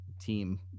team